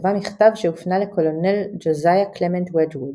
כתבה מכתב שהופנה לקולונל ג'וזאיה קלמנט וג'ווד,